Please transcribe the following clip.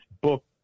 book